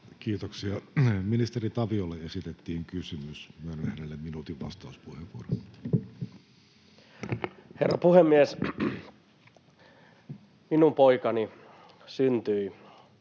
Kiitoksia. — Ministeri Taviolle esitettiin kysymys. Myönnän hänelle minuutin vastauspuheenvuoron. Herra puhemies! Minun poikani syntyi